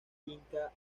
inca